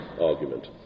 argument